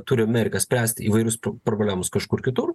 turi amerika spręsti įvairius pro problemus kažkur kitur